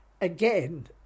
again